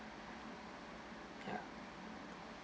ya